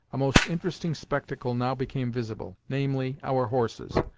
a most interesting spectacle now became visible namely, our horses,